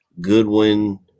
Goodwin